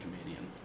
comedian